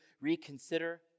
reconsider